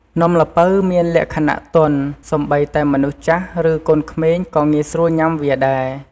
នំល្ពៅមានលក្ខណៈទន់ សូម្បីតែមនុស្សចាស់ ឬ កូនក្មេងក៏ងាយស្រួលញុំាវាដែរ។